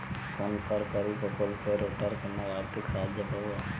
কোন সরকারী প্রকল্পে রোটার কেনার আর্থিক সাহায্য পাব?